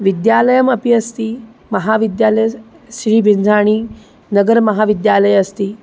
विद्यालयः अपि अस्ति महाविद्यालयः श्रीबेञ्जाणि नगरमहाविद्यालयः अस्ति